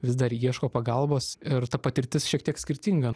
vis dar ieško pagalbos ir ta patirtis šiek tiek skirtinga